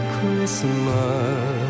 Christmas